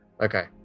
Okay